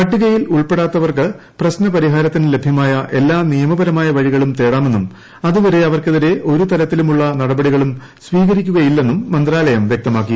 പട്ടികയിൽ ഉൾപ്പെടാത്തവർക്ക് പ്രശ്ന പരിഹാരത്തിന് ലഭ്യമായും എല്ലാ നിയമപരമായ വഴികളും തേടാമെന്നും അതുവ്ട്രെ ് അവർക്കെതിരെ ഒരുതരത്തിലുള്ള നടപടികളും സ്വീകരിക്കുകയില്ലെന്നും മന്ത്രാലയം വൃക്തമാക്കി